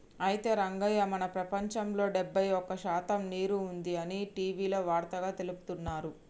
అయితే రంగయ్య మన ప్రపంచంలో డెబ్బై ఒక్క శాతం నీరు ఉంది అని టీవీలో వార్తగా తెలుపుతున్నారు